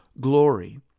glory